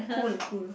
cool cool